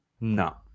No